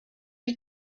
die